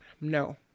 no